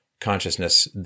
consciousness